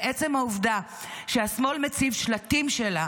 ועצם העובדה שהשמאל מציב שלטים שלה